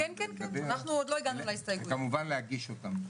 לדבר וכמובן להגיש אותן.